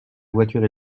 voiture